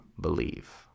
believe